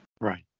right